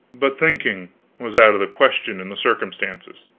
but thinking was out of the question in the circumstances.